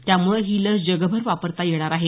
त्यामुळे ही लस जगभर वापरता येणार आहे